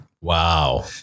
Wow